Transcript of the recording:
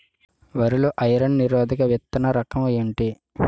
వరి లో ఐరన్ నిరోధక విత్తన రకం ఏంటి?